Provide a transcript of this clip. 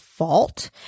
fault